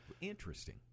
Interesting